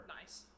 Nice